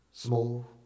small